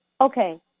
okay